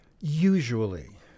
Usually